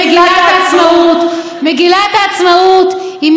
מגילת העצמאות היא מסמך מכונן,